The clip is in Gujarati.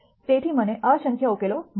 તેથી મને અસંખ્ય ઉકેલો મળશે